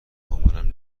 مامانم